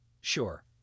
Sure